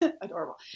adorable